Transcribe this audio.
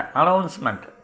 announcement